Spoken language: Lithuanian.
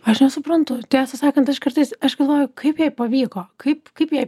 aš nesuprantu tiesą sakant aš kartais aš galvoju kaip jai pavyko kaip kaip jai